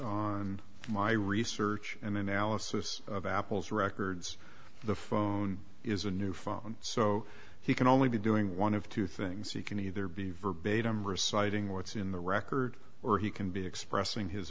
on my research and analysis of apple's records the phone is a new phone so he can only be doing one of two things you can either be verbatim reciting what's in the record or he can be expressing his